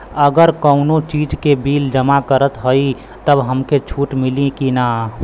अगर कउनो चीज़ के बिल जमा करत हई तब हमके छूट मिली कि ना?